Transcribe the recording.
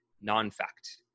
non-fact